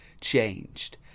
changed